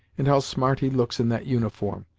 and how smart he looks in that uniform!